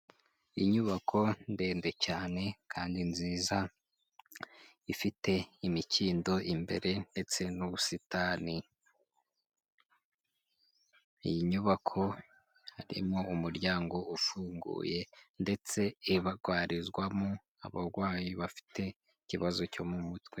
Inyubako ndende cyane kandi nziza, ifite imikindo imbere ndetse n'ubusitani. Iyi nyubako harimo umuryango ufunguye ndetse ibagwarizwamo abarwayi bafite ikibazo cyo mu mutwe.